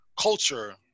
culture